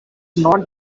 not